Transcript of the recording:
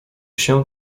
się